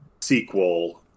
sequel